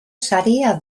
saria